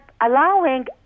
allowing